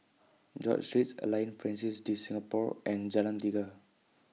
George Street Alliance Francaise De Singapour and Jalan Tiga